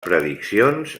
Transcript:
prediccions